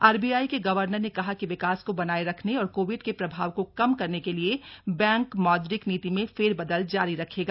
RBI के governor ने कहा कि विकास को बनाए रखने और कोविड के प्रभाव को कम करने के लिए बैंक मौद्रिक नीति में फेर बदल जारी रखेगा